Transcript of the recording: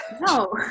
No